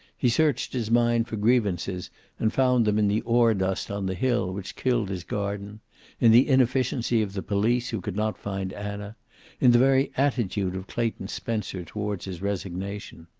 he searched his mind for grievances and found them in the ore dust on the hill, which killed his garden in the inefficiency of the police, who could not find anna in the very attitude of clayton spencer toward his resignation.